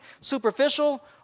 superficial